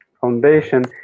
foundation